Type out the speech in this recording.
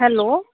hello